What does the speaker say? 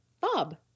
Bob